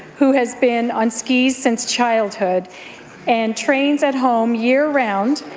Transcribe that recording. who has been on skis since childhood and trains at home year-round,